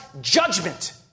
judgment